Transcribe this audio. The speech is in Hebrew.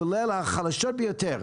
כולל החלשות ביותר: